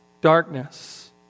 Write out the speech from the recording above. darkness